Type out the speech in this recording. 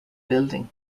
building